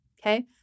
Okay